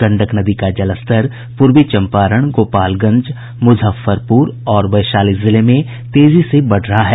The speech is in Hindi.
गंडक नदी का जलस्तर पूर्वी चंपारण गोपालगंज मुजफ्फरपुर और वैशाली जिले में तेजी से बढ़ रहा है